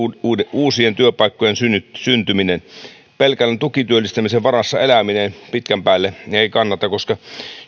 uusien työpaikkojen syntyminen pelkän tukityöllistämisen varassa eläminen pitkän päälle ei kannata koska